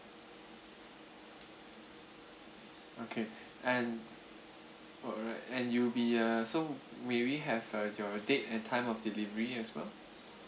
okay and alright and you be uh so may we have uh your date and time of delivery as well